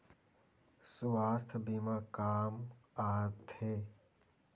सुवास्थ बीमा का काम आ थे?